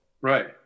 right